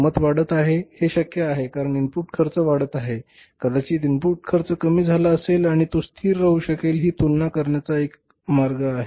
किंमत वाढत आहे हे शक्य आहे कारण इनपुट खर्च वाढत आहे कदाचित इनपुट खर्च कमी झाला असेल आणि तो स्थिर राहू शकेल ही तुलना करण्याचा हा एक मार्ग आहे